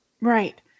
right